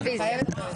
זאב,